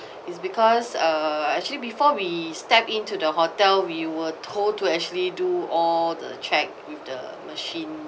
is because uh actually before we step into the hotel we were told to actually do all the check with the machine